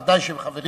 ודאי שחברים